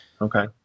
Okay